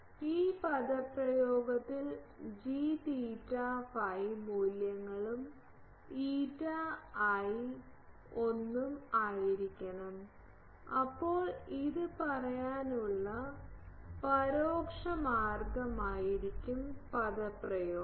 ഈ പദപ്രയോഗത്തിൽ g മൂല്യങ്ങളും ηi 1 ഉം ആയിരിക്കണം അപ്പോൾ ഇത് പറയാനുള്ള പരോക്ഷ മാർഗമായിരിക്കും പദപ്രയോഗം